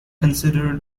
consider